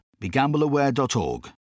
BeGambleAware.org